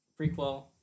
prequel